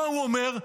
מה הוא אומר?